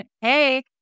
Hey